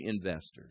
investors